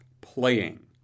playing